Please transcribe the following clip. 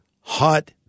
hot